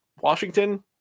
Washington